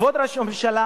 כבוד ראש הממשלה,